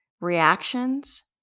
reactions